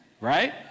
Right